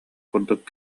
курдук